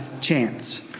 chance